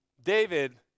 David